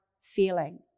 feeling